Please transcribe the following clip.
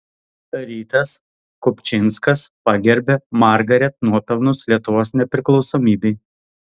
rytas kupčinskas pagerbia margaret nuopelnus lietuvos nepriklausomybei